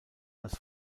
als